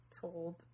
told